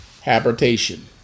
habitation